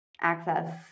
access